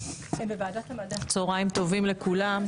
צוהריים טובים לכולם,